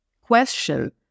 question